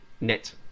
net